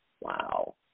Wow